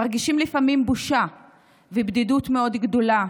שמרגישים לפעמים בושה ובדידות מאוד גדולה,